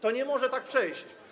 To nie może tak przejść.